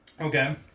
okay